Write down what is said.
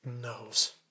knows